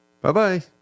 Bye-bye